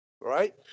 right